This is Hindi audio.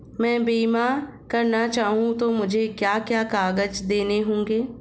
मैं बीमा करना चाहूं तो मुझे क्या क्या कागज़ देने होंगे?